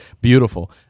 Beautiful